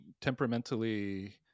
temperamentally